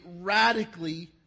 radically